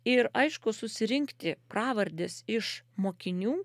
ir aišku susirinkti pravardes iš mokinių